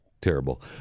terrible